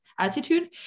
attitude